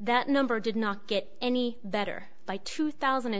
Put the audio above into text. that number did not get any better by two thousand and